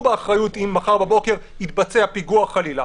באחריות אם מחר בבוקר יתבצע פיגוע חלילה.